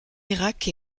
irak